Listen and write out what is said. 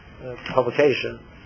publication